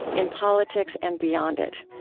in politics and beyond it.